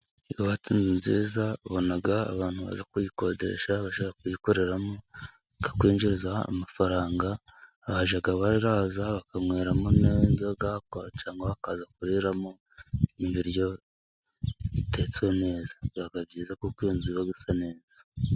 Iyo wubatse inzu nziza ubona abantu baza kuyikodesha, bashaka kuyikoreramo, bakakwinjiriza amafaranga, bajyaga baraza bakanyweramo n'inzoga cyangwa bakaza kuriramo ibiryo bitetswe neza, biba byiza kuko iyo nzu iba isa neza.